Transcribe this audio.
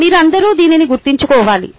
మీరందరూ దీన్ని గుర్తుంచుకోవాలి